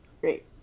Great